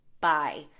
bye